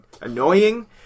annoying